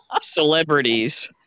celebrities